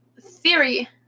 theory